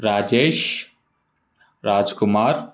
Rajesh Rajkumar